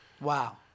Wow